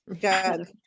God